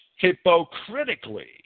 hypocritically